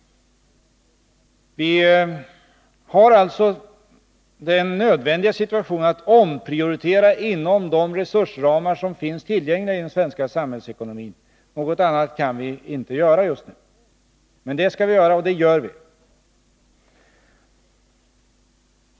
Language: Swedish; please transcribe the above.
Vi har alltså den situationen att det är nödvändigt att omprioritera inom de resursramar som finns tillgängliga i den svenska samhällsekonomin. Något annat kan vi inte göra just nu — men det skall vi göra, och det gör vi.